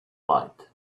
light